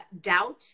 doubt